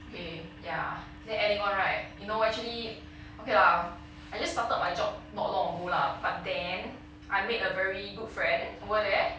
okay ya then adding on right you know actually okay lah I just started my job not long ago lah but then I made a very good friend over there